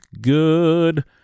good